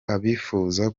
abifuza